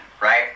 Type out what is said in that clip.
right